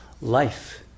life